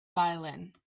violin